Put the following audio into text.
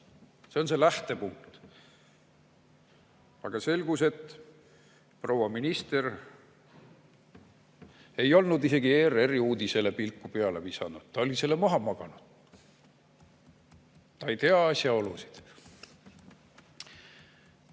See on see lähtepunkt. Aga selgus, et proua minister ei olnud isegi ERR‑i uudisele pilku peale visanud, ta oli selle maha maganud. Ta ei tea asjaolusid.